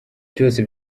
byose